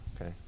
Okay